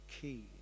key